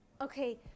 Okay